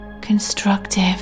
constructive